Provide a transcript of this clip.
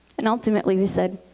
and ultimately we said,